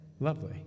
Lovely